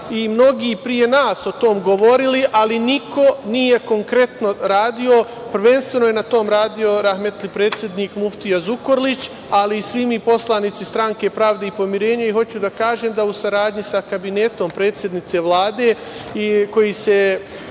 mnogi pre nas o tome govorili, ali niko nije konkretno radio. Prvenstveno je na tome radio rahmetli predsednik muftija Zukorlić, ali i svi mi poslanici Stranke pravde i pomirenja. Hoću da kažem da smo u saradnji sa Kabinetom predsednice Vlade, delom